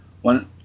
one